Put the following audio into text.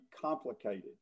complicated